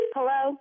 Hello